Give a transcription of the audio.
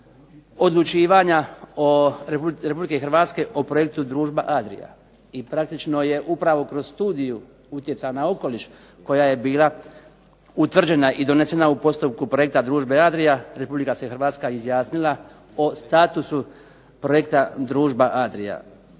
odlučivanja RH o projektu "Družba Adria". I praktično je upravo kroz studiju utjeca na okoliš koja je bila utvrđena i donesena u postupku projekta "Družbe Adria", Republika se Hrvatska izjasnila o statusu projekta "Družba Adria".